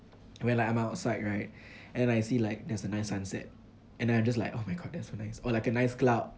where like I'm outside right and I see like there's a nice sunset and then I'm just like oh my god that's so nice or like a nice cloud